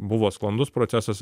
buvo sklandus procesas